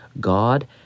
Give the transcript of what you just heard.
God